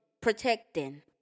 protecting